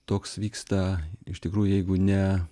toks vyksta iš tikrųjų jeigu ne